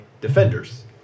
defenders